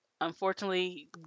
unfortunately